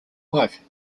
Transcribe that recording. wife